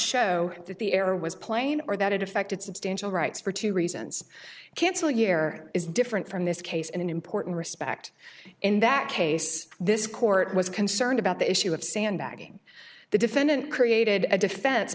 show that the error was plain or that it affected substantial rights for two reasons cancel year is different from this case in an important respect in that case this court was concerned about the issue of sandbagging the defendant created a defense